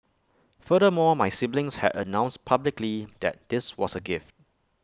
furthermore my siblings had announced publicly that this was A gift